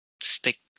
stick